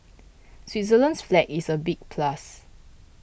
Switzerland's flag is a big plus